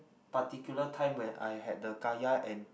particular time when I had the kaya and